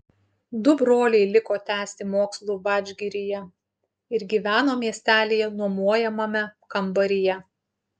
du broliai liko tęsti mokslų vadžgiryje ir gyveno miestelyje nuomojamame kambaryje